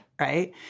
right